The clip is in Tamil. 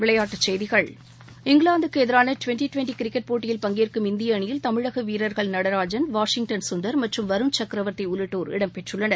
விளையாட்டுச்செய்திகள் இங்கிலாந்துக்கு எதிரான ட்வெண்ட்டி ட்வெண்ட்டி கிரிக்கெட் போட்டியில் பங்கேற்கும் இந்திய அணியில் தமிழக வீரர்கள் நடராஜன் வாஷிங்டன் கந்தர் மற்றும் வருண் கன்வர்த்தி உள்ளிட்டோர் இடம் பெற்றுள்ளனர்